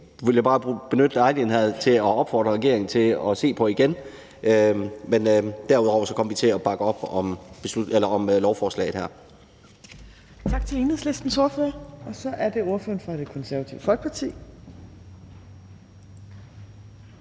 jeg bare benytte lejligheden her til at opfordre regeringen til at se på igen. Men derudover kommer vi til at bakke op om lovforslaget.